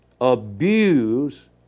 abuse